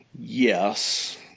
yes